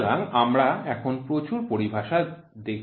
সুতরাং আমরা এখন প্রচুর পরিভাষা দেখছি